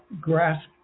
grasp